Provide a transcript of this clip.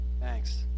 Thanks